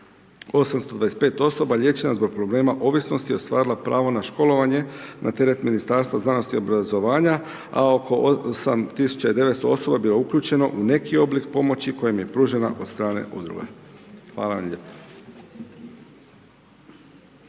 825 osoba liječeno zbog problema ovisnosti ostvarilo je pravo na školovanje na teret Ministarstva znanosti i obrazovanja a oko 8900 osoba bilo je uključeno u neki oblik pomoći koja im je pružena od strane udruga. Hvala vam lijepa.